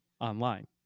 online